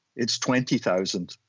it's twenty thousand.